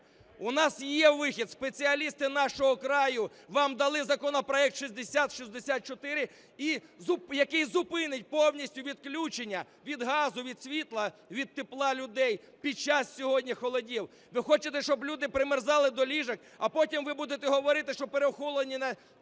У нас є вихід. Спеціалісти "Нашого краю" вам дали законопроект 6064, який зупинить повністю відключення від газу, від світла, від тепла людей під час сьогодні холодів. Ви хочете, щоб люди примерзали до ліжок, а потім ви будете говорити, що переохолодження